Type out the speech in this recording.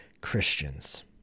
Christians